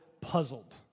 Puzzled